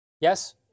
Yes